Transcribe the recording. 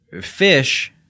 Fish